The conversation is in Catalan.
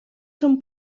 són